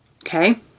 Okay